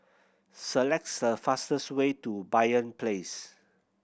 select the fastest way to Banyan Place